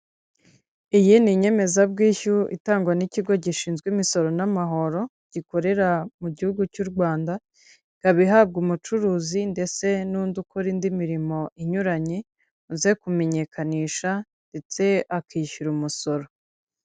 Iyi ni inyemezabwishyu itangwa n'ikigo gishinzwe imisoro n'amahoro, gikorera mu gihugu cy'u Rwanda, ikaba ihabwa umucuruzi ndetse n'undi ukora indi mirimo inyuranye, uje kumenyekanisha ndetse akishyura umusoro.